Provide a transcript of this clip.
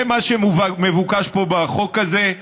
זה מה שמבוקש פה, בחוק הזה.